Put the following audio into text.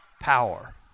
power